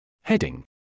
Heading